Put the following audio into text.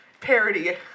parody